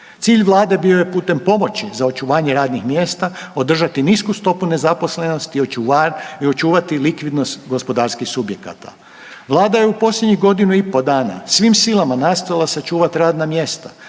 Cilj Vlade bio je putem pomoći za očuvanjem radnih mjesta održati nisku stopu nezaposlenosti i očuvati likvidnost gospodarskih subjekata. Vlada je u posljednjih godinu i pol dana svim silama nastojala sačuvati radna mjesta,